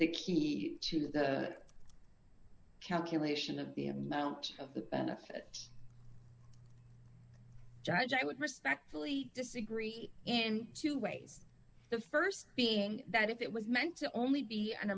the key to the calculation of the amount of the benefit judge i would respectfully disagree in two ways the st being that if it was meant to only be an